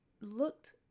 looked